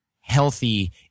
healthy